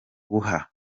guha